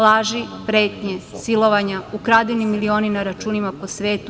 Laži, pretnje, silovanja, ukradeni milioni na računima po svetu.